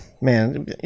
man